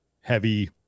heavy